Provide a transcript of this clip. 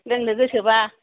लोंनो गोसोबा